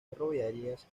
ferroviarias